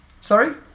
sorry